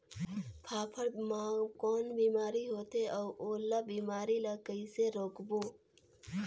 फाफण मा कौन बीमारी होथे अउ ओला बीमारी ला कइसे रोकबो?